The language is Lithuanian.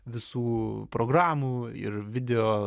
visų programų ir video